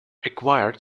acquired